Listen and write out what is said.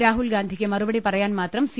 രാഹുൽഗാന്ധിക്ക് മറുപടിപറയാൻ മാത്രം സി